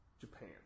Japan